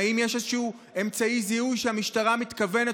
האם יש איזשהו אמצעי זיהוי שהמשטרה מתכוונת,